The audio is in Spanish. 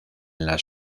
las